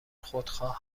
خودخواه